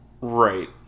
Right